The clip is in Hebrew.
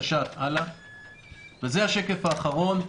זה השקף האחרון: